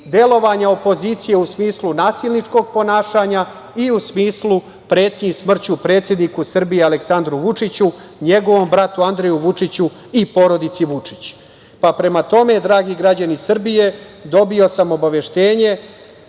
delovanja opozicije u smislu nasilničkog ponašanja i u smislu pretnji smrću predsedniku Srbije Aleksandru Vučiću, njegovom bratu Andreju Vučiću i porodici Vučić. Prema tome, dragi građani Srbije, dobio sam obaveštenje